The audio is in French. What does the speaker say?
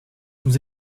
vous